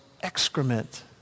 excrement